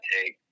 take